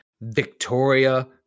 Victoria